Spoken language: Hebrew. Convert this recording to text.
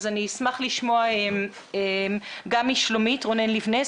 אז אשמח לשמוע גם משלומית רונן ליבנה,